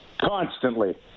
Constantly